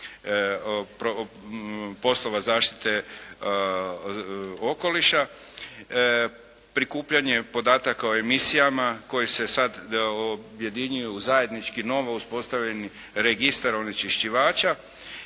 poslova zaštite okoliša, prikupljanje podataka o emisijama koje se sad objedinjuju u zajednički, novo uspostavljeni registar onečišćivača